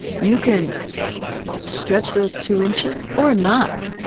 you can stretch those two inches or not.